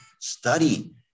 study